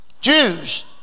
Jews